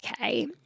Okay